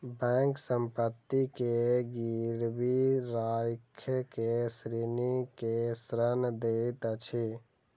bank संपत्ति के गिरवी राइख के ऋणी के ऋण दैत अछि